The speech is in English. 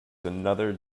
another